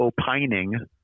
opining